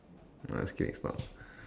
nah just kidding it's not